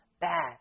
bad